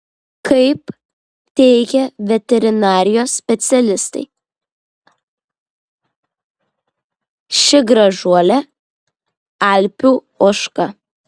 kaip teigė veterinarijos specialistai ši gražuolė alpių ožka